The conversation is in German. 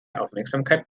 aufmerksamkeit